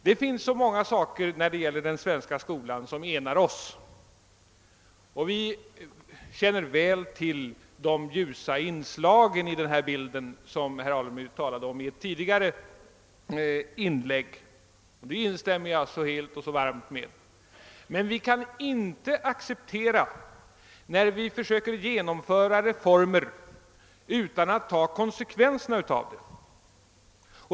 Det finns så många saker när det gäller den svenska skolan som enar Oss, och vi känner väl till de ljusa inslag i denna bild som herr Alemyr talade om i sitt tidigare inlägg. Däri instämmer jag helt och varmt. Men vi kan inte acceptera, att man försöker genomföra reformer utan att ta konsekvenserna av det.